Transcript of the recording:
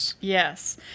Yes